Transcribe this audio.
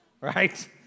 right